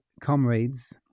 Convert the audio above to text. comrades